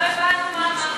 לא הבנו מה אמרת.